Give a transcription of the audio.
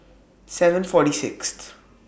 seven forty Sixth